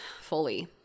fully